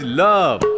love